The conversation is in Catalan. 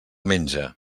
menja